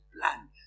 plan